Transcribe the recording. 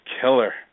killer